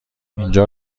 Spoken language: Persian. اینجا